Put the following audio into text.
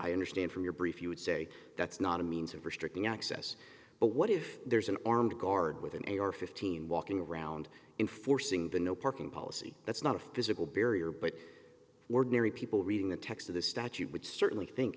i understand from your brief you would say that's not a means of restricting access but what if there's an armed guard with an a r fifteen walking around in forcing the no parking policy that's not a physical barrier but ordinary people reading the text of the statute would certainly think